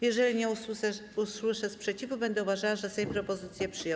Jeżeli nie usłyszę sprzeciwu, będę uważała, że Sejm propozycję przyjął.